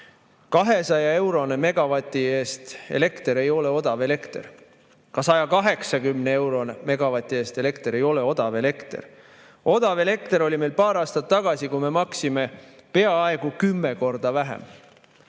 200-eurone megavati eest elekter ei ole odav elekter. Ka 180-eurone megavati eest elekter ei ole odav elekter. Odav elekter oli meil paar aastat tagasi, kui me maksime peaaegu kümme korda vähem.